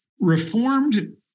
Reformed